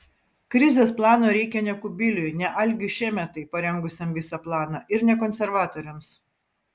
krizės plano reikia ne kubiliui ne algiui šemetai parengusiam visą planą ir ne konservatoriams